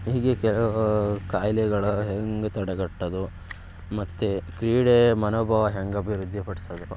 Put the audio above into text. ಹೀಗೆ ಕೆಲವು ಖಾಯಿಲೆಗಳ ಹೆಂಗೆ ತಡೆಗಟ್ಟೋದು ಮತ್ತು ಕ್ರೀಡೆ ಮನೋಭಾವ ಹೆಂಗೆ ಅಭಿವೃದ್ಧಿಪಡ್ಸದು